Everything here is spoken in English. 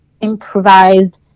improvised